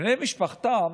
בני משפחתם,